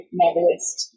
novelist